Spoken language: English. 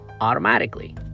automatically